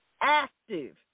active